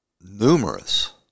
numerous